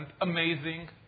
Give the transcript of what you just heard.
amazing